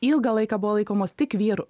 ilgą laiką buvo laikomas tik vyrų